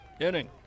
inning